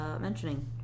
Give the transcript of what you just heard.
mentioning